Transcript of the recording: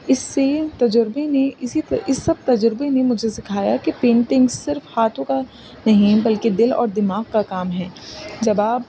اس سے تجربے نے اسی اس سب تجربے نے مجھے سکھایا کہ پینٹنگ صرف ہاتھوں کا نہیں بلکہ دل اور دماغ کا کام ہے جب آپ